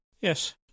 Yes